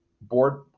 board